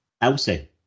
Elsie